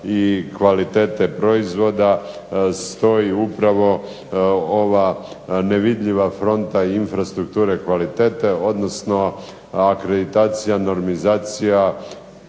i kvalitete proizvoda stoji upravo ova nevidljiva fronta infrastrukture kvalitete, odnosno akreditacija, normizacija,